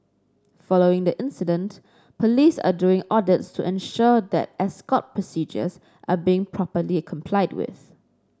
following the incident police are doing audits to ensure that escort procedures are being properly complied with